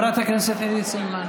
נגד חברת הכנסת עידית סילמן,